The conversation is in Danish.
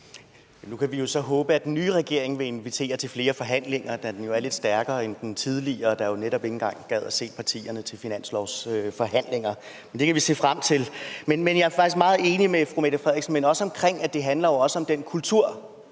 Nu kan vi så håbe, at den nye regering vil invitere til flere forhandlinger, da den jo er lidt stærkere end den tidligere, der netop ikke engang gad se partierne til finanslovsforhandlingerne. Det kan vi se frem til. Jeg er faktisk enig med fru Mette Frederiksen,